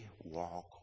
walk